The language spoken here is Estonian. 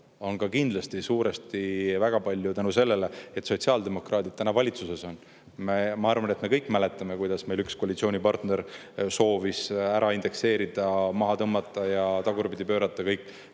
on kindlasti suuresti tänu sellele, et sotsiaaldemokraadid täna valitsuses on. Ma arvan, et me kõik mäletame, kuidas meil üks koalitsioonipartner soovis ära indekseerida, maha tõmmata ja tagurpidi pöörata kõik,